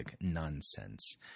nonsense